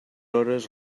hores